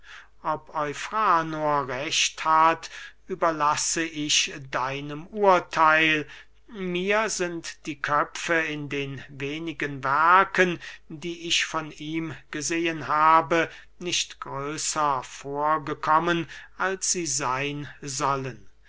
ob eufranor recht hat überlasse ich deinem urtheil mir sind die köpfe in den wenigen werken die ich von ihm gesehen habe nicht größer vorgekommen als sie seyn sollen